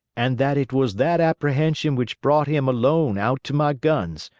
and that it was that apprehension which brought him alone out to my guns,